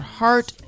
heart